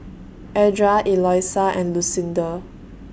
Edra Eloisa and Lucinda